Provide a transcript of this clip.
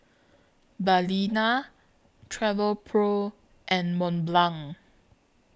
Balina Travelpro and Mont Blanc